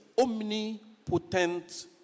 omnipotent